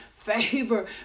favor